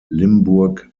limburg